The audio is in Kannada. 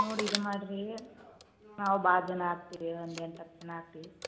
ನೋಡಿ ಇದು ಮಾಡಿರಿ ನಾವು ಭಾಳ ಜನ ಆಗ್ತೀವಿ ಒಂದು ಎಂಟು ಹತ್ತು ಜನ ಆಗ್ತೀವಿ